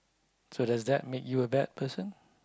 so does that make you a bad person